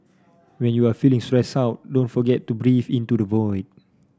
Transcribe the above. when you are feeling stressed out don't forget to breathe into the void